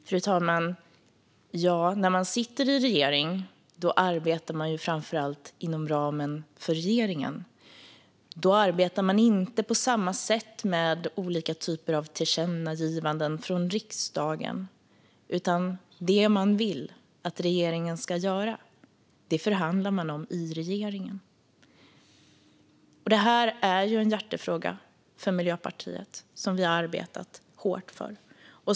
Fru talman! När man sitter i regering arbetar man ju framför allt inom ramen för regeringen. Då arbetar man inte på samma sätt med olika tillkännagivanden från riksdagen, utan det man vill att regeringen ska göra förhandlar man om i regeringen. Det här är en hjärtefråga för Miljöpartiet som vi har arbetat hårt för.